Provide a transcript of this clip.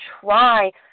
try